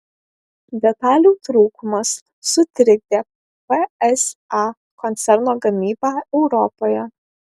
detalių trūkumas sutrikdė psa koncerno gamybą europoje